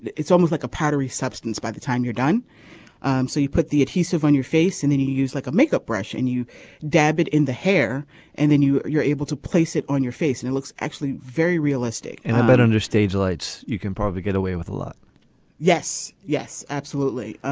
it's almost like a powdery substance. by the time you're done um so you put the adhesive on your face and then you you use like a makeup brush and you dab it in the hair and then you you're able to place it on your face and it looks actually very realistic and i bet under stage lights you can probably get away with a lot yes. yes absolutely.